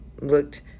looked